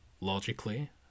logically